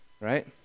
right